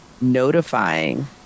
notifying